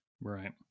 right